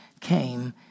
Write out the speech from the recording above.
came